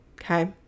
okay